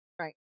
Right